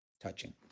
touching